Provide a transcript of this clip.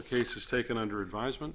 cases taken under advisement